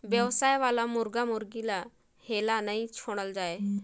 बेवसाय वाला मुरगा मुरगी ल हेल्ला नइ छोड़ल जाए